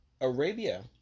Arabia